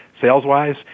sales-wise